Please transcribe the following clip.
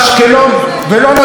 אבל אני אגיד לך מה קרה,